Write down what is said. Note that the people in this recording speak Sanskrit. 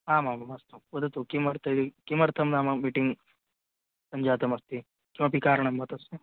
आमामामस्तु वदतु किमर्थं किमर्थं नाम मीटिङ्ग् जातमस्ति किमपि कारणं वा तस्मिन्